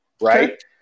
right